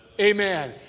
Amen